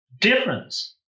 difference